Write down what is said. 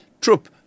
troop